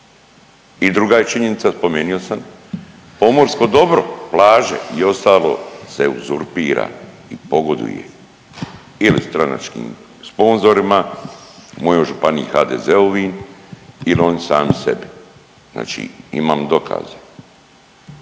I druga je činjenica spomenio sam, pomorsko dobro, plaže i ostalo se uzurpira, pogoduje ili stranačkim sponzorima u mojoj županiji HDZ-ovim ili oni sami sebi. Znači imam dokaze.